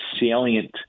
salient